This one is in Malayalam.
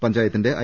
പഞ്ചായത്തിന്റെ ഐ